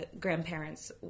grandparents